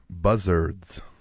buzzards